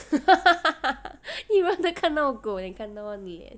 你 rather 看到狗 than 看到他的脸